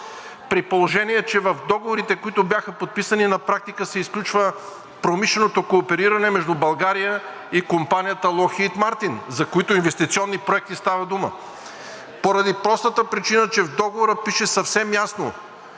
при положение че в договорите, които бяха подписани, на практика се изключва промишленото коопериране между България и компанията Lockheed Martin, за които инвестиционни проекти става дума, поради простата причина, че в договора пише съвсем ясно,